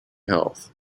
health